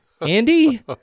Andy